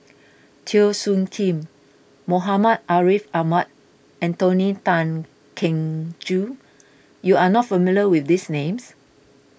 Teo Soon Kim Muhammad Ariff Ahmad and Tony Tan Keng Joo you are not familiar with these names